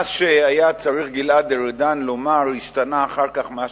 מה שהיה צריך גלעד ארדן לומר השתנה אחר כך ממה